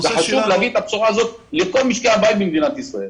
חשוב להביא את הבשורה הזאת לכל משקי הבית במדינת ישראל.